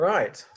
Right